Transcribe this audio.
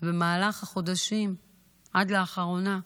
במהלך החודשים עד לאחרונה,